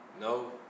No